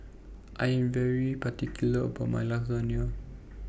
I Am particular about My Lasagna